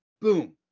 Boom